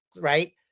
right